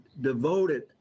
devoted